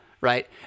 right